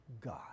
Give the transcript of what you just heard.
God